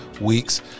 weeks